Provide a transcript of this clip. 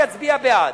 יצביע בעד.